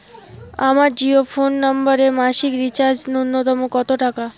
আমার জিও ফোন নম্বরে মাসিক রিচার্জ নূন্যতম কত টাকা?